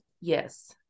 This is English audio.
Yes